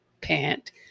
pant